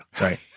Right